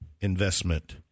investment